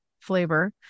flavor